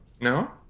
No